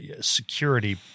security